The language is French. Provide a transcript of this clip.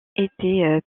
était